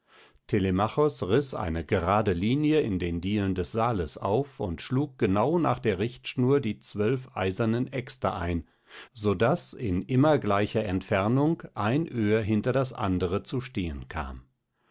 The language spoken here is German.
riß eine gerade linie in den dielen des saales auf und schlug genau nach der richtschnur die zwölf eisernen äxte ein so daß in immer gleicher entfernung ein öhr hinter das andere zu stehen kam